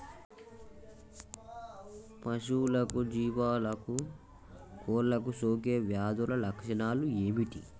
పశువులకు జీవాలకు కోళ్ళకు సోకే వ్యాధుల లక్షణాలు ఏమిటి?